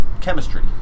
chemistry